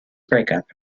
breakup